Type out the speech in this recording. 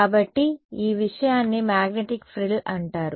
కాబట్టి ఈ విషయాన్ని మాగ్నెటిక్ ఫ్రిల్ అంటారు